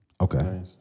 Okay